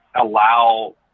allow